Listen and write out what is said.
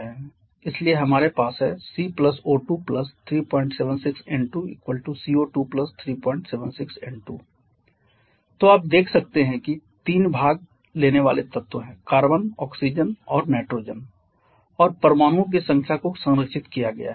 इसलिए हमारे पास है C O2 376 N2 🡪 CO2 376 N2 तो आप देख सकते हैं कि तीन भाग लेने वाले तत्व हैं कार्बन ऑक्सीजन और नाइट्रोजन और परमाणुओं की संख्या को संरक्षित किया गया है